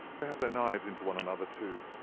they have their knives into one another, too.